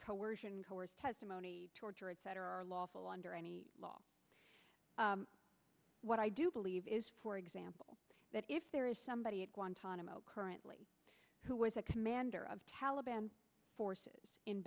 coercion coerced testimony torture etc are lawful under any law what i do believe is for example that if there is somebody at guantanamo currently who was a commander of taliban forces in